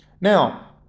Now